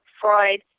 Freud